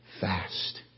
fast